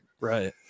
Right